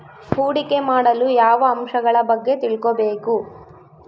ಹೂಡಿಕೆ ಮಾಡಲು ಯಾವ ಅಂಶಗಳ ಬಗ್ಗೆ ತಿಳ್ಕೊಬೇಕು?